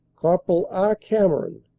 corpi. r. cameron,